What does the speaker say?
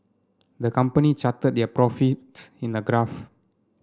the company charted their profits in a graph